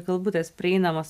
kalbu tas prieinamas